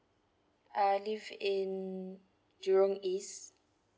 I live in jurong east